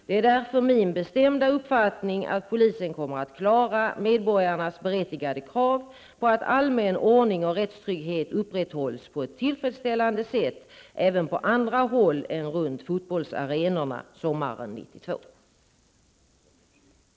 Det är därför min bestämda uppfattning att polisen kommer att klara medborgarnas berättigade krav på att allmän ordning och rättstrygghet upprätthålls på ett tillfredsställande sätt även på andra håll än runt fotbollsarenorna sommaren 1992.